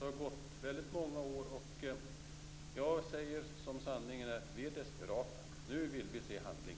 Det har gått väldigt många år, och jag säger som sanningen är: Vi är desperata. Nu vill vi se handling.